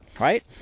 right